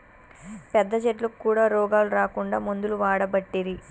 పెద్ద చెట్లకు కూడా రోగాలు రాకుండా మందులు వాడబట్టిరి